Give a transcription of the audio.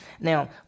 Now